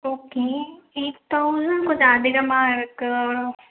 okay eight thousand கொஞ்சம் அதிகமாக இருக்கு